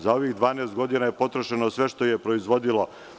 Za ovih 12 godina je potrošeno sve što je proizvodilo.